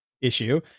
issue